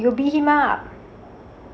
you will beat him up